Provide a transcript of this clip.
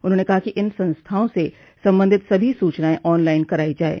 उन्होंने कहा कि इन संस्थाओं से संबधित सभी सूचनाएं ऑन लाइन कराई जायें